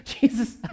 Jesus